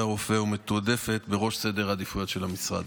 רופא ומתועדפת בראש סדר העדיפויות של המשרד.